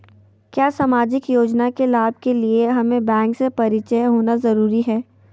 क्या सामाजिक योजना के लाभ के लिए हमें बैंक से परिचय होना जरूरी है?